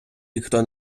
ніхто